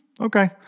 Okay